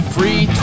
Free